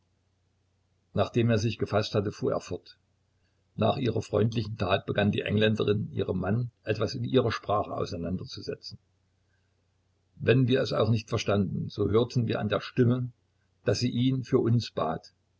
nachdem er sich gefaßt hatte fuhr er fort nach ihrer freundlichen tat begann die engländerin ihrem manne etwas in ihrer sprache auseinanderzusetzen wenn wir es auch nicht verstanden so hörten wir an der stimme daß sie ihn für uns bat